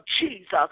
Jesus